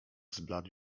zbladł